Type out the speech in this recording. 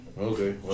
Okay